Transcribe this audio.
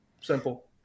Simple